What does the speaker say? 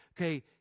okay